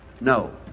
No